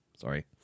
sorry